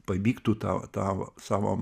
pavyktų tą tą savo